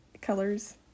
colors